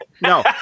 no